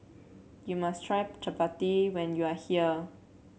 you must try chappati when you are here